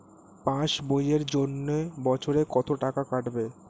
Pass বইয়ের জন্য বছরে কত টাকা কাটবে?